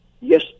Yes